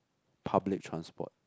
public transport